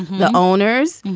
the owners.